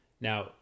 Now